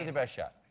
ah best shot.